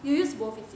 you use both is it